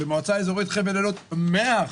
במועצה האזורית חבל אילות 100%